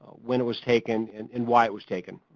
when it was taken and and why it was taken,